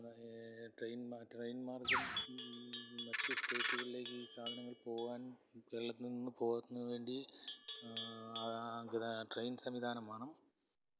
train മാറ്റ് train മാർഗം മറ്റ് സ്റ്റേറ്റുകളിലേക്ക് ഈ സാധനങ്ങൾ പോവാൻ കേരളത്തിൽ നിന്ന് പോകുന്നതിനു വേണ്ടി ഗതാ ട്രെയിൻ സംവിധാനം വേണം